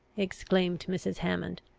exclaimed mrs. hammond,